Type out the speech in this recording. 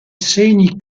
segni